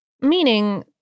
Meaning